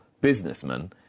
businessman